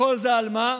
וכל זה על מה?